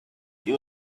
you